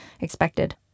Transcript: expected